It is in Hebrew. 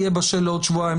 אם הוא יהיה בשל לעוד שבועיים,